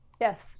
yes